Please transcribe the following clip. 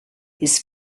his